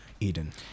Eden